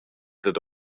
dad